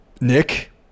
Nick